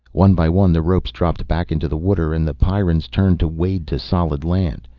one by one the ropes dropped back into the water and the pyrrans turned to wade to solid land.